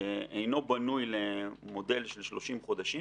אינו בנוי למודל של 30 חודשים,